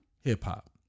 hip-hop